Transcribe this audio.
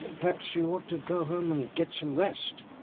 perhaps you ought to go home get some rest?